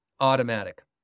automatic